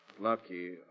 Lucky